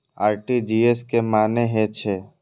RTGS के की मानें हे छे?